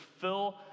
fill